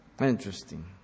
Interesting